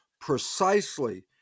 precisely